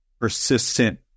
persistent